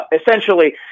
essentially